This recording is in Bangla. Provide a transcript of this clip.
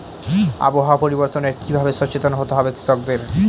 আবহাওয়া পরিবর্তনের কি ভাবে সচেতন হতে হবে কৃষকদের?